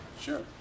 Sure